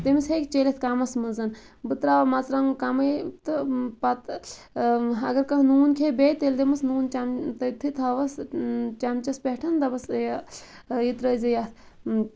تٔمِس ہیٚکہِ چٔلِتھ کَمَس مَنٛز بہٕ تراوٕ مَرژٕوانٛگُن کمٕے تہٕ پَتہٕ اَگَر کانٛہہ نوٗن کھیٚیہِ بیٚیہِ تیٚلہِ دِمَس نوٗن چَم تٔتتھٕے تھاوَس چَمچَس پٮ۪ٹھ دَپَس یہِ یہِ ترٲے زِ یتھ